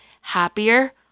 happier